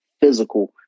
physical